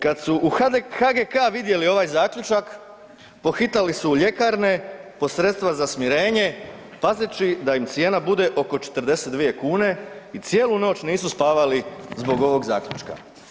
Kad su u HGK vidjeli ovaj zaključak, pohitali su u ljekarne po sredstva za smirenje pazeći da im cijena bude oko 42 kn i cijelu noć nisu spavali zbog ovog zaključka.